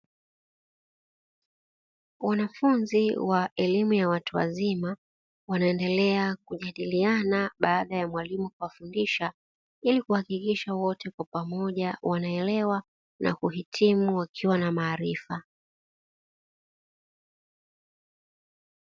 Wanafunzi wa elimu ya watu wazima , wanaendelea kujadiliana baada ya mwalimu kuwafundisha ili kuhakikisha wote kwa pamoja wanaelewa na kuhitimu wakiwa na maarifa.